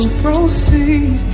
proceed